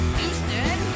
Houston